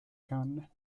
canne